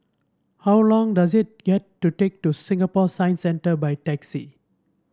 how long does it get to take to Singapore Science Centre by taxi